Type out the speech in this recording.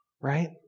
right